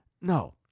No